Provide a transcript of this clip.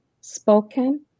spoken